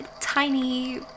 Tiny